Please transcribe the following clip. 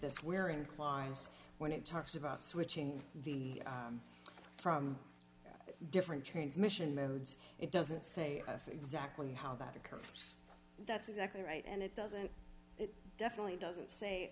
this we're inclined when it talks about switching from different transmission modes it doesn't say us exactly how that occurred that's exactly right and it doesn't it definitely doesn't say